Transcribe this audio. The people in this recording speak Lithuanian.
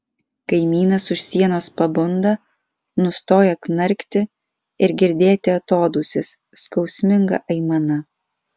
kaimynas už sienos pabunda nustoja knarkti ir girdėti atodūsis skausminga aimana